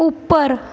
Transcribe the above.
ਉੱਪਰ